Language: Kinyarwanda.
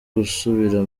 gusubira